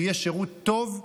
ויהיה שירות טוב,